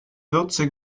würze